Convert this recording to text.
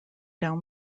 down